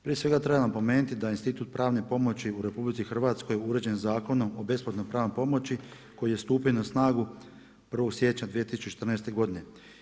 Prije svega treba napomenuti da Institut pravne pomoći u RH je uređen Zakonom o besplatnoj pravnoj pomoći koji je stupio na snagu 01. siječnja 2014. godine.